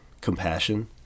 compassion